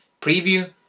preview